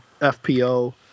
FPO